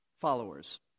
followers